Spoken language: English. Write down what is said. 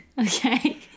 Okay